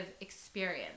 experience